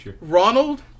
ronald